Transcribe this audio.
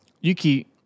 Yuki